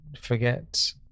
forget